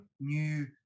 new